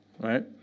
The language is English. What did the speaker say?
right